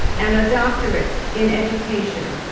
and a doctorate in education,